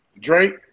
Drake